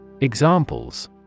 Examples